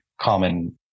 common